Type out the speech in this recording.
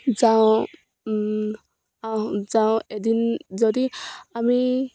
যাওঁ যাওঁ এদিন যদি আমি